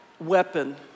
weapon